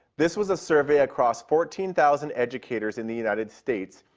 this was a survey across fourteen thousand educators in the united states,